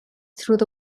through